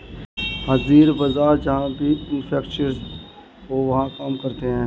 हाजिर बाजार जहां भी इंफ्रास्ट्रक्चर हो वहां काम कर सकते हैं